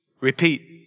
repeat